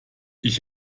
ich